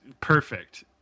perfect